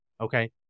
Okay